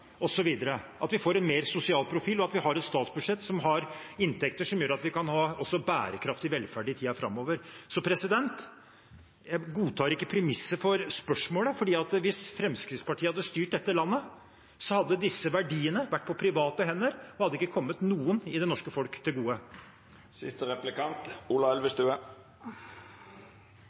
at vi får en mer sosial profil, og at vi har et statsbudsjett som har inntekter som gjør at vi kan ha en bærekraftig velferd også i tiden framover. Jeg godtar ikke premisset for spørsmålet, for hvis Fremskrittspartiet hadde styrt dette landet, hadde disse verdiene vært i private hender, og de hadde ikke kommet noen i det norske folk til gode.